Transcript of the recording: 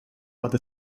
other